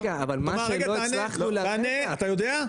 רגע תענה תענה אתה יודע?